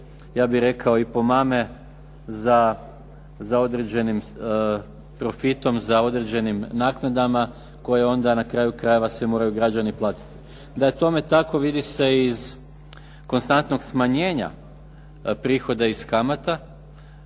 ja bih rekao i pomame za određenim profitom, za određenim naknadama koje onda na kraju krajeva građani moraju platiti. Da je tome tako vidi se iz konstantnog smanjenja prihoda iz kamata,